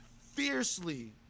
fiercely